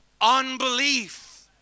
unbelief